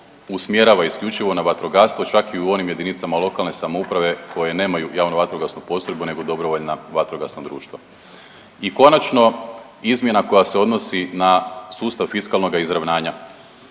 usmjerava isključivo na vatrogastvo čak i u onim jedinicama lokalne samouprave koje nemaju javno vatrogasnu postrojbu nego dobrovoljna vatrogasna društva. I konačno izmjena koja se odnosi na sustav fiskalnoga izravnanja.